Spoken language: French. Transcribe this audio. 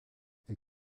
est